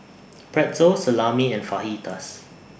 Pretzel Salami and Fajitas